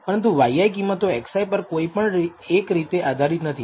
અહીંયા yi કિંમતો xi પર કોઈપણ એક રીતે આધારિત નથી